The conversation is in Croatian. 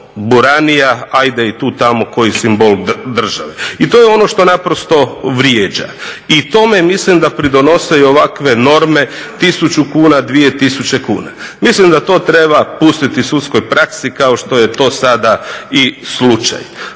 buranija, ajde i tu i tamo koji simbol države. I to je ono što naprosto vrijeđa. I tome mislim da pridonose i ovakve norme, 1000 kuna, 2000 kuna. Mislim da to treba pustiti sudskoj praksi kao što je to sada i slučaj.